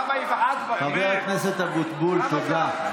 למה יבעט, חבר הכנסת אבוטבול, תודה.